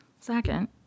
Second